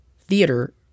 theater